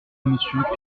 monsieur